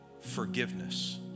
forgiveness